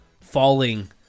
falling